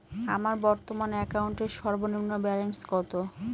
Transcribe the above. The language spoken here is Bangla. আমার বর্তমান অ্যাকাউন্টের সর্বনিম্ন ব্যালেন্স কত?